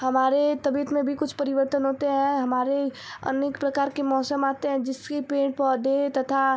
हमारे तबियत में भी कुछ परिवर्तन होते हैं हमारे अनेक प्रकार के मौसम आते हैं जिसके पेड़ पौधे तथा